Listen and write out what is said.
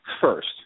first